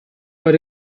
but